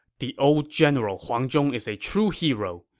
the old general huang zhong is a true hero,